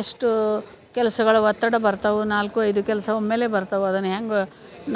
ಎಷ್ಟೂ ಕೆಲಸಗಳ ಒತ್ತಡ ಬರ್ತಾವೆ ನಾಲ್ಕು ಐದು ಕೆಲಸ ಒಮ್ಮೆಲೇ ಬರ್ತಾವೆ ಅದನ್ನು ಹ್ಯಾಂಗೆ